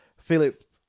Philip